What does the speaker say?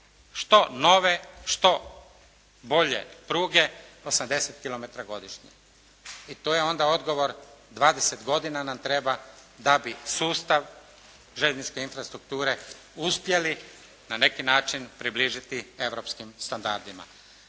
što nove što bolje pruge 80 kilometra godišnje i tu je onda odgovor, 20 godina nam treba da bi sustav željezničke infrastrukture uspjeli na neki način približiti europskim standardima.